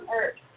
Earth